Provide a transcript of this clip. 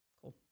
cool